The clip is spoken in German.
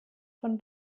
von